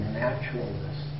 naturalness